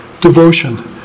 devotion